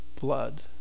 Blood